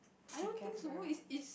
I don't so who is is